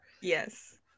Yes